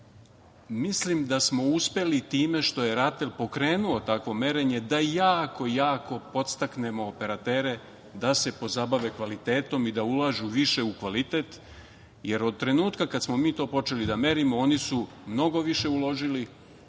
mislim da smo uspeli time što je RATEL pokrenuo takvo merenje, da jako podstaknemo operatere da se pozabave kvalitetom i da ulažu više u kvalitet, jer od trenutka kada smo mi to počeli da merimo oni su mnogo više uložili i rezultat